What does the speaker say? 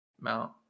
mount